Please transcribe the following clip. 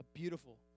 beautiful